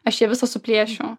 aš ją visą suplėšiau